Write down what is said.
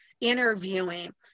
interviewing